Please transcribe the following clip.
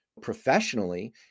professionally